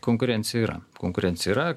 konkurencija yra konkurencija yra